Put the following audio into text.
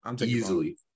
Easily